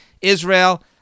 Israel